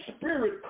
spirit